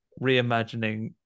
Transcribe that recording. reimagining